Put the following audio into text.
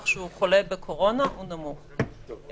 אוקי.